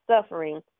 suffering